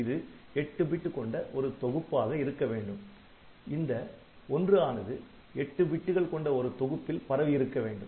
இது 8 பிட் கொண்ட ஒரு தொகுப்பாக இருக்க வேண்டும் இந்த '1' ஆனது எட்டு பிட்டுகள் கொண்ட ஒரு தொகுப்பில் பரவியிருக்க வேண்டும்